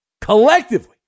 collectively